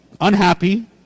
unhappy